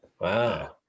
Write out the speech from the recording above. Wow